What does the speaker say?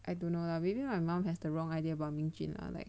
I don't know lah maybe my mom has the wrong idea about Ming Jun lah like